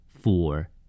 Four